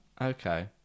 Okay